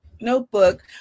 notebook